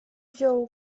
wziął